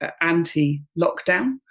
anti-lockdown